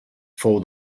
fou